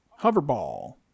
Hoverball